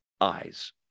eyes